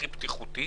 הכי בטיחותי